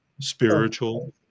spiritual